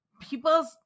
People